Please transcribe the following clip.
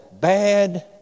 bad